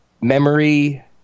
memory